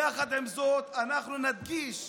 יחד עם זאת, אנחנו נדגיש